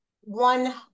one